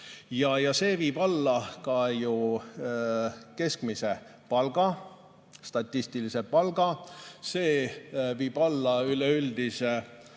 See viib alla keskmise palga, statistilise palga. See viib alla üleüldise